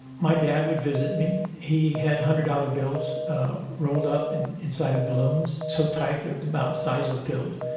my dad would visit me. he had hundred dollar bills rolled up and inside of balloons so tight they were about the size of pills.